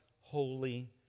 holy